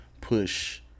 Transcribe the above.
push